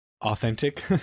authentic